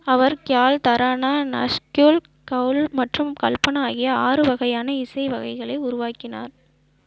அவர் க்யால் தரானா நஸ்குல் கௌல் மற்றும் கல்பனா ஆகிய ஆறு வகையான இசை வகைகளை உருவாக்கினார்